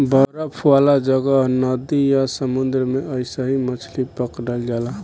बरफ वाला जगह, नदी आ समुंद्र में अइसही मछली पकड़ल जाला